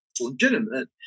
legitimate